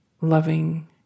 loving